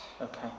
Okay